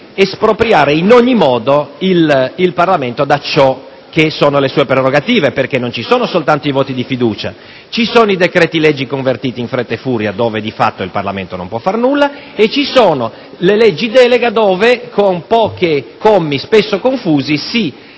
espropriare in ogni modo il Parlamento dalle sue prerogative. Non ci sono soltanto i voti di fiducia, ma anche i decreti‑legge convertiti in fretta e furia, dove, di fatto, il Parlamento non può fare nulla. Ci sono inoltre le leggi delega, con cui, con pochi commi spesso confusi, si